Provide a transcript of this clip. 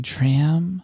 Tram